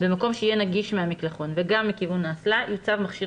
במקום שיהיה נגיד מהמקלחון וגם מכיוון האסלה יוצב מכשיר